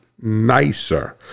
nicer